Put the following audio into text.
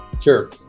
Sure